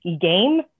game